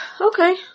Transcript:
Okay